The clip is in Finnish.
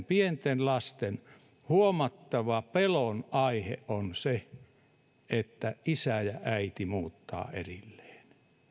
pienten lasten huomattava pelon aihe on se että isä ja äiti muuttavat erilleen